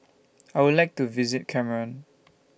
I Would like to visit Cameroon